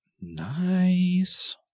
Nice